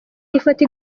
ifoto